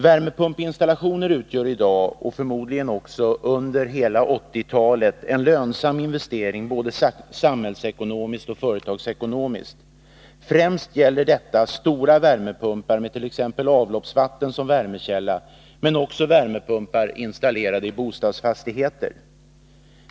Värmepumpinstallationer utgör i dag, och kommer förmodligen att utgöra också under hela 1980-talet, en lönsam investering både samhällsekonomiskt och företagsekonomiskt. Främst gäller detta stora värmepumpar med t.ex. avloppsvatten som värmekälla men också värmepumpar installerade i bostadsfastigheter.